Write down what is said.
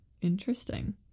interesting